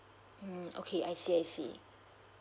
mm okay I see I see